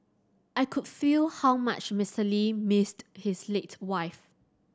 I could feel how much Mister Lee missed his late wife